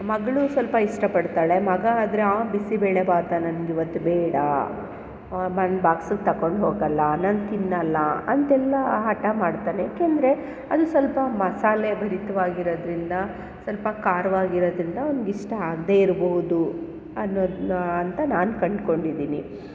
ಮಗಳು ಸ್ವಲ್ಪ ಇಷ್ಟಪಡ್ತಾಳೆ ಮಗ ಆದರೆ ಆ ಬಿಸಿಬೇಳೆಭಾತಾ ನನಗೀವತ್ತು ಬೇಡ ನಾನು ಬಾಕ್ಸ್ಗೆ ತಗೊಂಡೋಗಲ್ಲ ನಾನು ತಿನ್ನಲ್ಲ ಅಂತೆಲ್ಲ ಹಠ ಮಾಡ್ತಾನೆ ಏಕೆಂದರೆ ಅದು ಸ್ವಲ್ಪ ಮಸಾಲೆ ಭರಿತವಾಗಿರೋದ್ರಿಂದ ಸ್ವಲ್ಪ ಖಾರವಾಗಿರೋದ್ರಿಂದ ಅವ್ನ್ಗೆ ಇಷ್ಟ ಆಗದೇ ಇರ್ಬೋದು ಅನ್ನೋದ್ನ ಅಂತ ನಾನು ಕಂಡುಕೊಂಡಿದೀನಿ